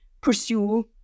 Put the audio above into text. pursue